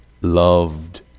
loved